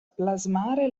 plasmare